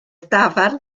dafarn